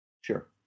sure